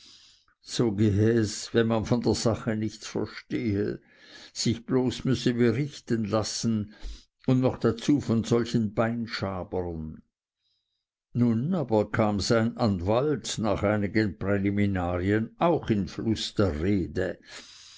so gehe es wenn man von der sache nichts verstehe sich bloß müsse brichten lassen und noch dazu von solchen beinschabern nun aber kam sein anwalt nach einigen präliminarien auch in fluß der rede